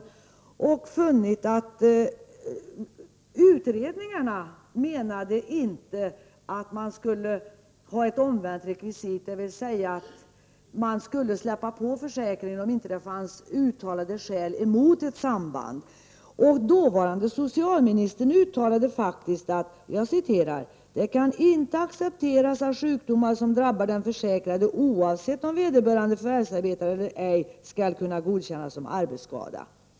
Där har vi funnit att utredningarna menade att man inte skulle ha ett omvänt rekvisit, dvs. att man skulle betala ut ersättning om det inte fanns uttalade skäl mot ett samband. Dåvarande socialministern uttalade faktiskt att det inte kan accepteras att sjukdomar som drabbar den försäkrade, oavsett om vederbörande förvärvsarbetar eller ej, skall kunna godkännas som arbetsskada.